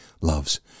loves